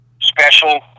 special